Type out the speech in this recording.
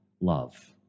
love